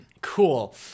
Cool